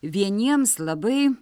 vieniems labai